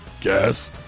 guess